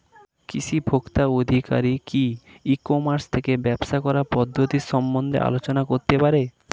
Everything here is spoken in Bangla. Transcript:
কৃষি ভোক্তা আধিকারিক কি ই কর্মাস থেকে ব্যবসা করার পদ্ধতি সম্বন্ধে আলোচনা করতে পারে?